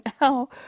now